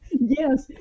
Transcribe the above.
Yes